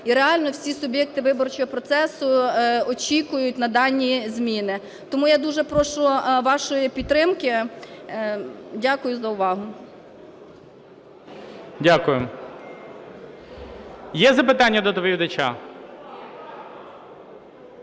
і реально всі суб'єкти виборчого процесу очікують на дані зміни. Тому я дуже прошу вашої підтримки. Дякую за увагу. ГОЛОВУЮЧИЙ. Дякую. Є запитання до доповідача?